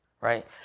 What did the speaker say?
right